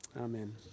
Amen